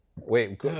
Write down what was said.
Wait